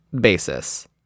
basis